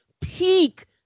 peak